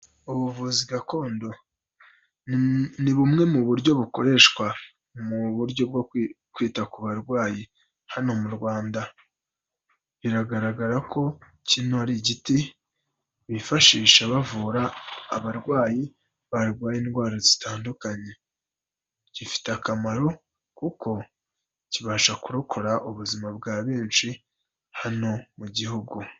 Ubuvuzi gakondo ni bumwe mu buryo bukoreshwa mu buryo bwo kwita ku barwayi hano mu Rwanda. Biragaragara ko kino ari igiti bifashisha bavura abarwayi barwaye indwara zitandukanye. Gifite akamaro kuko kibasha kurokora ubuzima bwa benshi hano mu gihugu.